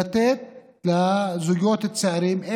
לתת לזוגות צעירים,